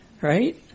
Right